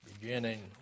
beginning